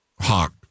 Hawk